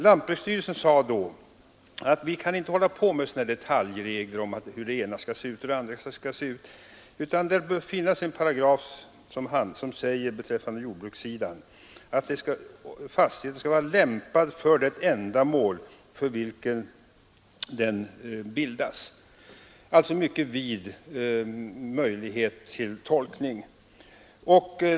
Lantbruksstyrelsen sade att man inte kunde ha detaljregler om hur det ena eller det andra skulle se ut, utan det borde finnas en paragraf beträffande jordbrukssidan som sade att fastighet skall vara lämpad för det ändamål för vilken den bildas, alltså en mycket vid möjlighet till tolkning.